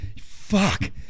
Fuck